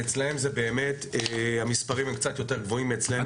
ואצלם באמת המספרים הם קצת יותר גבוהים מאצלינו.